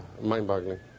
mind-boggling